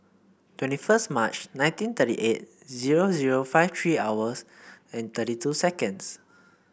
twenty first March nineteen thirty eight zero zero five three hours and thirty two seconds